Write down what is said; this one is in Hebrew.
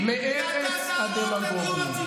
הוא עשה מסיבת עיתונאים של שקרים לציבור.